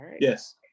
Yes